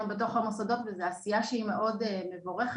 בתוך המוסדות וזו עשייה שהיא מאוד מבורכת.